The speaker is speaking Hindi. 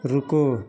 रुको